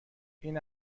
این